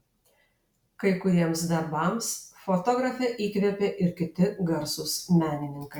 kai kuriems darbams fotografę įkvėpė ir kiti garsūs menininkai